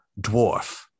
dwarf